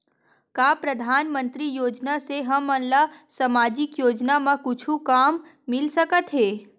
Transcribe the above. का परधानमंतरी योजना से हमन ला सामजिक योजना मा कुछु काम मिल सकत हे?